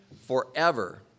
forever